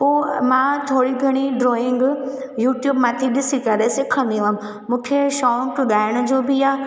पोइ मां थोरी घणी ड्रॉइंग यूट्यूब माथे ॾिसी करे सिखंदी हुअमि मूंखे शौक़ु ॻाइण जो बि आहे